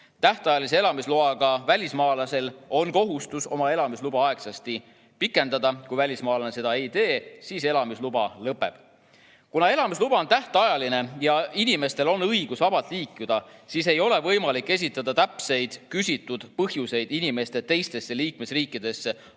Tähtajalise elamisloaga välismaalasel on kohustus oma elamisluba aegsasti pikendada. Kui välismaalane seda ei tee, siis elamisluba lõpeb. Kuna elamisluba on tähtajaline ja inimestel on õigus vabalt liikuda, siis ei ole võimalik esitada täpseid küsitud põhjuseid inimeste teistesse liikmesriikidesse